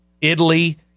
Italy